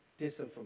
disinformation